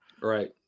Right